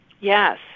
Yes